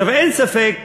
אין ספק